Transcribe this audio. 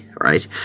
right